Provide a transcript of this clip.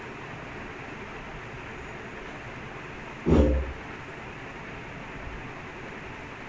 ya pro mass twenty twenty five !hanna! pro mass was like he wasn't from there [what]